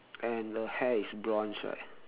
and the hair is bronze right